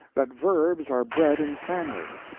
that verbs are bred in families,